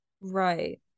Right